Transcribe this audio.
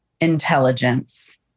intelligence